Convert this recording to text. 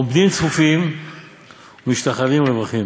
עומדים צפופים ומשתחווים רווחים,